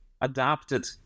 adapted